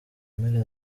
mpera